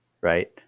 right